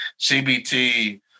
CBT